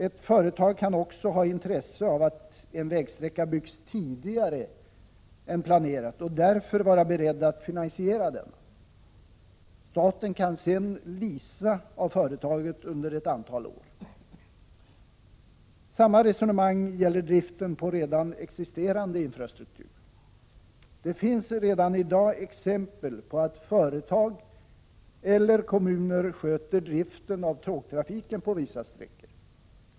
Ett företag kan också ha intresse av att en vägsträcka byggs tidigare än planerat och därför vara berett att finansiera denna. Staten kan sedan leasa av företaget under ett antal år. Samma resonemang gäller driften på redan existerande infrastruktur. Det finns redan i dag exempel på att företag eller kommuner sköter driften av tågtrafiken på vissa sträckor.